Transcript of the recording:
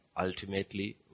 ultimately